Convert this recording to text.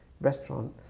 restaurant